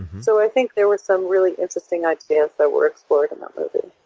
so i think there were some really interesting ideas that were explored in that movie.